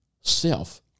self